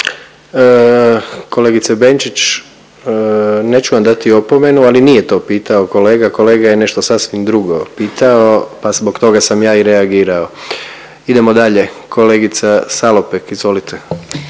Kolegice Benčić, neću vam dati opomenu, ali nij eto pitao kolega. Kolega je nešto sasvim drugo pitao, pa zbog toga sam ja i reagirao. Idemo dalje, kolegica Salopek. Izvolite.